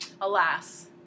alas